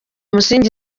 umusingi